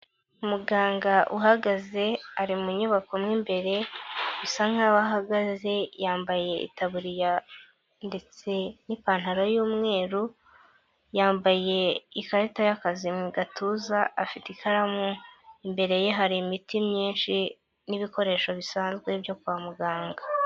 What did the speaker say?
Umuganga uhagaze ari mu nyubako imwe imbere bisa nk'aho ahagaze yambaye itaburiya ndetse n'ipantaro y'umweru yambaye ikarita y'akazi mu gatuza, afite ikaramu imbere ye hari imiti myinshi n'ibikoresho bisanzwe byo kwa muganga.